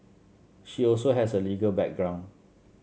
she also has a legal background